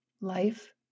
life